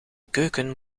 keuken